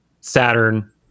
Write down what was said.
Saturn